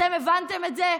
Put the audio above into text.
אתם הבנתם את זה?